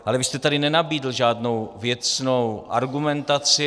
Ale vy jste tady nenabídl žádnou věcnou argumentaci.